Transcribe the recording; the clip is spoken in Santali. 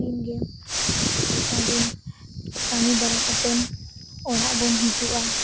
ᱫᱤᱱᱜᱮ ᱜᱚᱴᱟᱫᱤᱱ ᱠᱟᱹᱢᱤ ᱵᱟᱲᱟ ᱠᱟᱛᱮᱱ ᱚᱲᱟᱜᱵᱚᱱ ᱦᱤᱡᱩᱜᱼᱟ